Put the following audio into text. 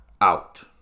out